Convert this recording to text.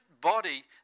body